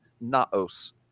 Naos